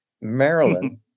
Maryland